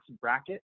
bracket